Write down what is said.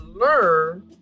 learn